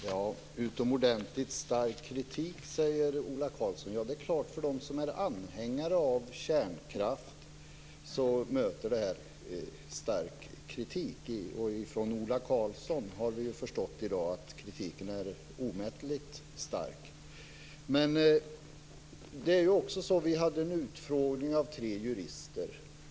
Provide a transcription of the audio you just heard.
Herr talman! Utomordentligt stark kritik, säger Ola Karlsson. Det är klart, för dem som är anhängare av kärnkraft möter det här stark kritik. Från Ola Karlsson är, det har vi förstått i dag, kritiken omåttligt stark. Vi hade en utfrågning av tre jurister.